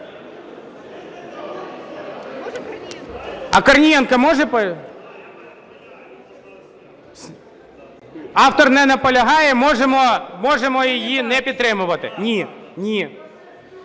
А Корнієнко може… Автор не наполягає, можемо її не підтримувати. 1645.